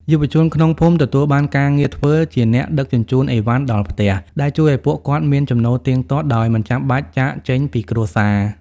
យុវជនក្នុងភូមិទទួលបានការងារធ្វើជាអ្នកដឹកជញ្ជូនអីវ៉ាន់ដល់ផ្ទះ ដែលជួយឱ្យពួកគាត់មានចំណូលទៀងទាត់ដោយមិនចាំបាច់ចាកចេញពីគ្រួសារ។